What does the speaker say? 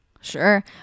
Sure